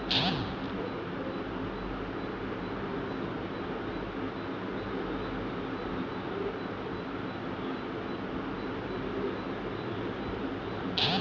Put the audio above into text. खेत म फसल के अदला बदली करके हर बछर बुने में जमो फसल हर बड़िहा होथे